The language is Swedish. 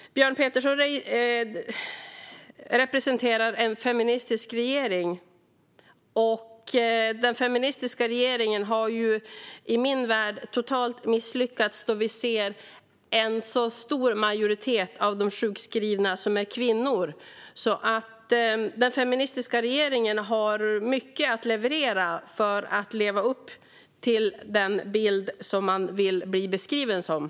Björn Petersson representerar en feministisk regering. Denna feministiska regering har i min värld totalt misslyckats, eftersom vi ser att en så stor majoritet av de sjukskrivna är kvinnor. Den feministiska regeringen har därför mycket att leverera för att leva upp till den beskrivningen.